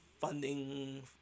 funding